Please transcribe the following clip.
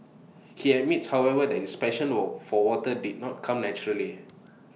he admits however that his passion of for water did not come naturally